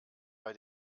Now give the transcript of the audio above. bei